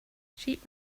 sheep